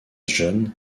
jeune